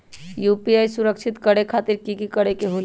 UPI सुरक्षित करे खातिर कि करे के होलि?